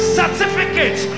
certificate